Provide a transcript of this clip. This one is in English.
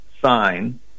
sign